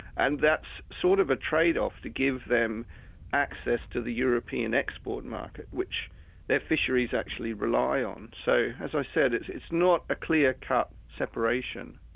and that's sort of a trade-off trade-off to give them access to the european export market which their fisheries actually rely on. so as i said, it's it's not a clear-cut separation.